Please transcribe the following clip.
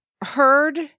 heard